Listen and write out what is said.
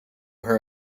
her